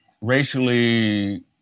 racially